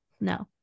No